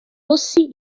rossi